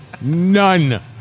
None